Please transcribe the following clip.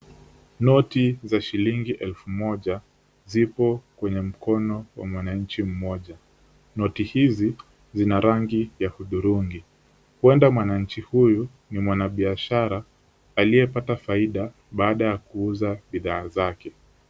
Noti za shillingi elfu moja zipo kwenye mkono wa mwananchi mmoja. Noti hizi zina rangi ya hudhurungi. Huenda mwananchi huyu ni mwanabiashara aliyepata faida baada ya kuuza bidhaa zake.